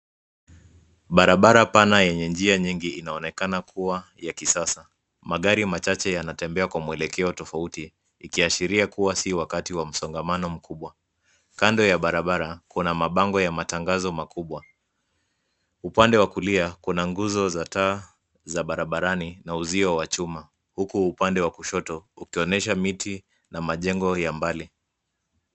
Barabara pana yenye njia nyingi inaonekana kuwa ya kisasa. Magari machache yanatembea kwa mwelekeo tofauti ikiashiria kuwa si wakati wa msongamano mkubwa. Kando ya barabara kuna mabango ya matangazo makubwa. Upande wa kulia kuna nguzo za taa za barabarani na uzio wa chuma huku upande wa kushoto ukionyesha miti na majengo ya mbali.